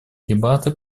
дебаты